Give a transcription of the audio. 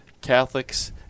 Catholics